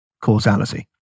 causality